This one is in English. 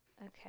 Okay